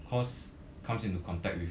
cause comes into contact with